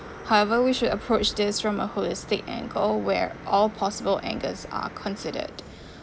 however we should approach this from a holistic angle where all possible angles are considered